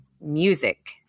music